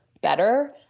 better